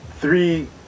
three